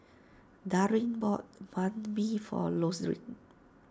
Darin bought Banh Mi for Losreen